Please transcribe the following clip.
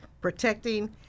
protecting